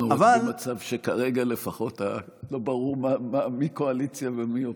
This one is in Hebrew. אנחנו במצב שכרגע לפחות לא ברור מי קואליציה ומי אופוזיציה.